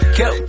go